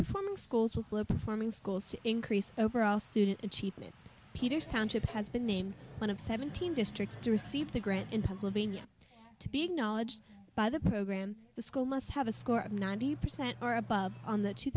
performing schools with low performing schools to increase overall student achievement peters township has been named one of seventeen districts to receive the grant in pennsylvania to be acknowledged by the program the school must have a score of ninety percent or above on the two